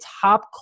top